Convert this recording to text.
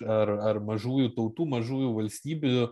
ar ar mažųjų tautų mažųjų valstybių